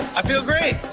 i feel great!